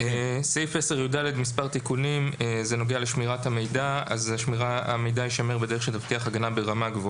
מספר תיקונים בסעיף 10יד. הסעיף נוגע לשמירת המידע ממערכת צילום